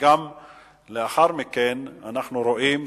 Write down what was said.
לאחר מכן אנחנו רואים,